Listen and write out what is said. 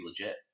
legit